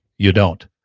you don't.